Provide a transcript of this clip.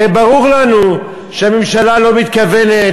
הרי ברור לנו שהממשלה לא מתכוונת,